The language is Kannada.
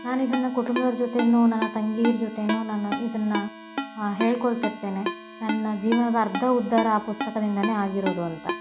ನಾನು ಇದನ್ನು ಕುಟುಂಬದವರ ಜೊತೆನೂ ನನ್ನ ತಂಗೀರ ಜೊತೆನು ನಾನು ಇದನ್ನು ಹೇಳಿಕೊಳ್ತಿರ್ತೇನೆ ನನ್ನ ಜೀವನದ ಅರ್ಧ ಉದ್ದಾರ ಆ ಪುಸ್ತಕದಿಂದನೆ ಆಗಿರೋದು ಅಂತ